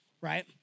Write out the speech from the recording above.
right